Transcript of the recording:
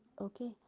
Okay